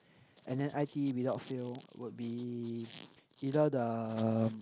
and then i_t_e without fail would be either the um